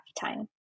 time